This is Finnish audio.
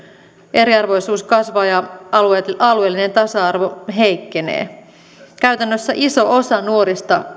eriarvoisuus kasvaa ja alueellinen tasa arvo heikkenee käytännössä iso osa nuorista